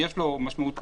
יש לו אמנם משמעות כספית,